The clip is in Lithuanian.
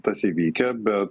tas įvykę bet